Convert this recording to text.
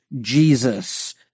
Jesus